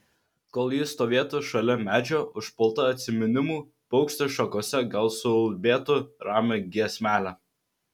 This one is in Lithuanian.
kol ji stovėtų šalia medžio užpulta atsiminimų paukštis šakose gal suulbėtų ramią giesmelę